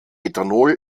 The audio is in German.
ethanol